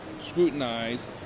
scrutinized